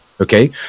Okay